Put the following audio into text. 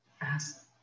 ask